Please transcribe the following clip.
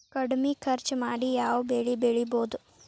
ಕಡಮಿ ಖರ್ಚ ಮಾಡಿ ಯಾವ್ ಬೆಳಿ ಬೆಳಿಬೋದ್?